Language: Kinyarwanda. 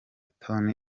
toni